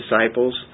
disciples